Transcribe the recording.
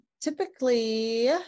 typically